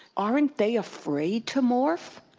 aren't they afraid to morph?